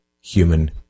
human